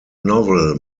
novel